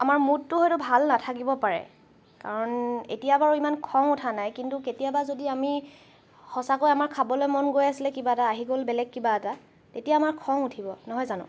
আমাৰ মুডটো হয়তো ভাল নাথাকিব পাৰে কাৰণ এতিয়া বাৰু ইমান খং উঠা নাই কিন্তু কেতিয়াবা যদি আমি সঁচাকৈ আমাৰ খাবলৈ মন গৈ আছিলে কিবা এটা আহি গ'ল বেলেগ কিবা এটা তেতিয়া আমাৰ খং উঠিব নহয় জানো